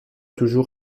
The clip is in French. toujours